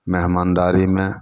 मेहमानदारीमे